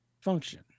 function